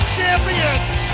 champions